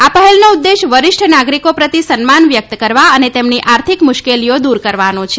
આ પહેલનો ઉદ્દેશ વરિષ્ઠ નાગરિકો પ્રતિ સન્માન વ્યક્ત કરવા અને તેમની આર્થિક મુશ્કેલીઓ દૂર કરવાનો છે